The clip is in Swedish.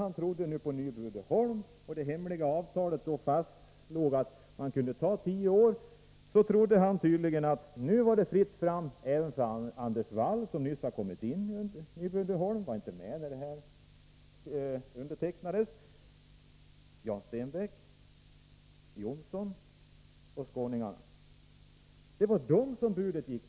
Han trodde ju på Nyby Uddeholm och det hemliga avtalet som fastslog att man kunde ta tio år. Då trodde han tydligen att det var fritt fram även för Anders Wall — som nyss har kommit in i Nyby Uddeholm, han var inte med när papperen undertecknades — för Jan Stenbeck, för Johnson och för skåningarna. Det var till dem som budet gick.